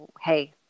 hey